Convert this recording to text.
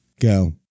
Go